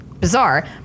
bizarre